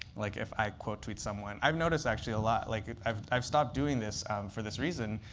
like if i quote tweet someone, i've noticed actually a lot like i've i've stopped doing this for this reason.